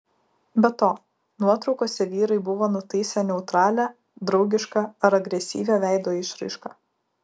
be to nuotraukose vyrai buvo nutaisę neutralią draugišką ar agresyvią veido išraišką